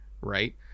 right